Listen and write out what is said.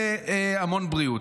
המון בריאות.